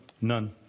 None